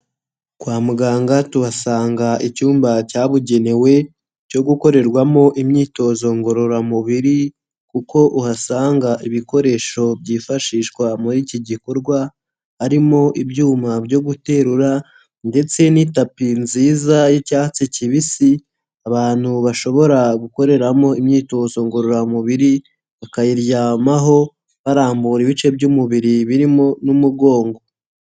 Kwa muganga tuhasanga icyumba cyabugenewe cyo gukorerwamo imyitozo ngororamubiri kuko uhasanga ibikoresho byifashishwa muri iki gikorwa, harimo ibyuma byo guterura ndetse n'itapi nziza y'icyatsi kibisi, abantu bashobora gukoreramo imyitozo ngororamubiri, bakayiryamaho barambura ibice by'umubiri birimo n'umugongo.